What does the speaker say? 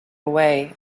away